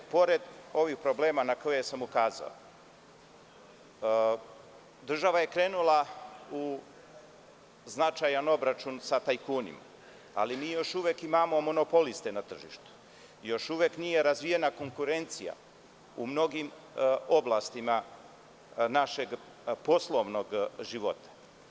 Pored ovih problema na koje sam ukazao, država je krenula u značajan obračun sa tajkunima, ali mi još uvek imamo monopoliste na tržištu, još uvek nije razvijena konkurencija u mnogim oblastima našeg poslovnog života.